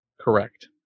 Correct